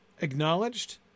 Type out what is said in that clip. acknowledged